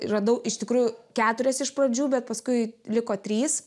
radau iš tikrųjų keturias iš pradžių bet paskui liko trys